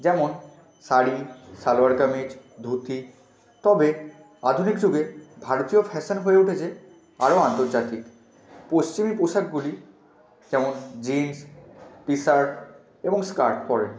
যেমন শাড়ি সালোয়ার কামিজ ধুতি তবে আধুনিক যুগে ভারতীয় ফ্যাশন হয়ে উঠেছে আরও আন্তর্জাতিক পশ্চিমী পোশাকগুলি যেমন জিন্স টিশার্ট এবং স্কার্ট পরে